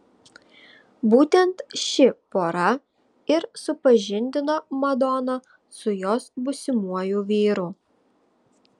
būtent ši pora ir supažindino madoną su jos būsimuoju vyru